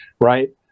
right